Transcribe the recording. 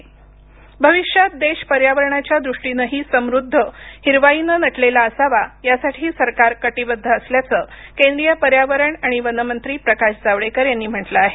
जावडेकर भविष्यात देश पर्यावरणाच्या दृष्टीनंही समृद्ध हिरवाईनं नटलेला असावा यासाठी सरकार कटिबद्ध असल्याचं केंद्रीय पर्यावरण आणि वनमंत्री प्रकाश जावडेकर यांनी म्हटलं आहे